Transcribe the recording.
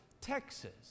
Texas